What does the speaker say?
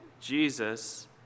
Jesus